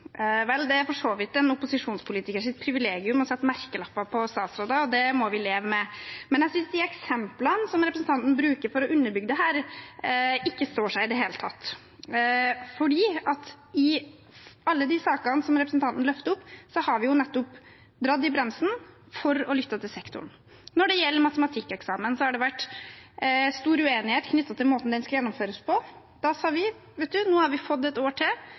Vel, det er for så vidt en opposisjonspolitikers privilegium å sette merkelapper på statsråder, og det må vi leve med, men jeg synes de eksemplene som representanten bruker for å underbygge dette, ikke står seg i det hele tatt. For i alle de sakene som representanten løfter opp, har vi jo nettopp dratt i bremsen for å lytte til sektoren. Når det gjelder matematikkeksamen, har det vært stor uenighet knyttet til måten den skal gjennomføres på. Da sa vi at nå har vi fått et år til